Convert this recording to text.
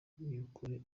nyakuri